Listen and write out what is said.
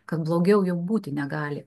kad blogiau jau būti negali